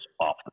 off